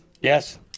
Yes